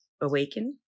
awaken